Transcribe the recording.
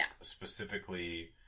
specifically